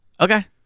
Okay